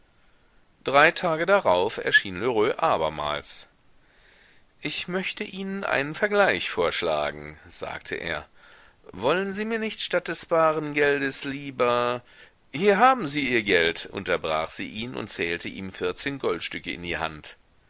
drei tage darauf erschien lheureux abermals ich möchte ihnen einen vergleich vorschlagen sagte er wollen sie mir nicht statt des baren geldes lieber hier haben sie ihr geld unterbrach sie ihn und zählte ihm vierzehn goldstücke in die hand